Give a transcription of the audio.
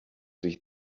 sich